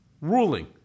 ruling